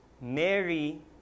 mary